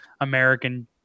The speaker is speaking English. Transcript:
American